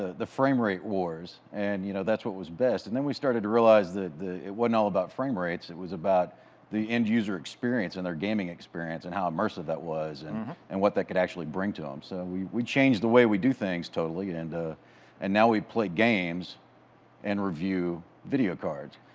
ah the frame-rate wars, and you know that's what was best, and then we started to realize that it wasn't all about frame rates, it was about the end-user experience and their gaming experience and how immersive that was, and and what that could actually bring to them, um so we we changed the way we do things totally, and and now we play games and review video cards.